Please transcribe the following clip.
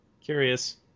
Curious